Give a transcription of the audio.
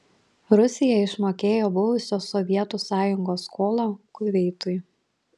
rusija išmokėjo buvusios sovietų sąjungos skolą kuveitui